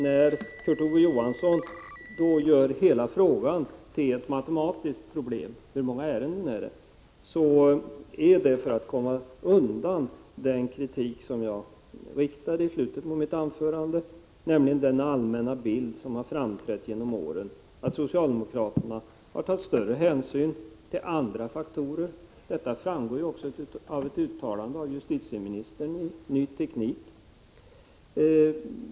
När Kurt Ove Johansson gör hela frågan till ett matematiskt problem — hur många ärenden det är — sker det för att komma undan den kritik som jag riktade i slutet av mitt anförande, nämligen den allmänna bild som framträtt genom åren, att socialdemokraterna har tagit större hänsyn till andra faktorer. Detta framgår också av ett uttalande av justitieministern i Ny Teknik.